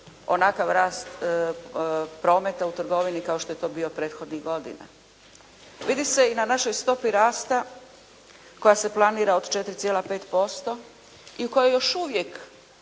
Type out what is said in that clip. onakav rast prometa u trgovini kao što je to bio prethodnih godina. Vidi se i na našoj stopi rasta koja se planira od 4,5% i u kojoj još uvijek